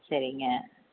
சரிங்க